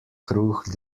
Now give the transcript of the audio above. kruh